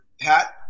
Pat